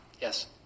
Yes